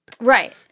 right